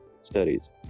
studies